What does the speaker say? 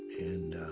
and.